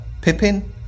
Pippin